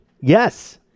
Yes